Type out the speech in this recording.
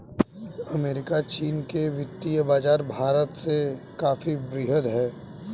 America चीन के वित्तीय बाज़ार भारत से काफी वृहद हैं